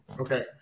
Okay